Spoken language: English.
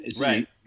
Right